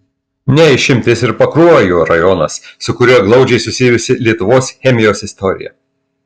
ne išimtis ir pakruojo rajonas su kuriuo glaudžiai susijusi lietuvos chemijos istorija